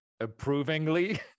Approvingly